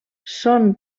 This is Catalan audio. són